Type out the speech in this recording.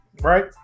right